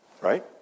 Right